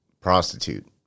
Prostitute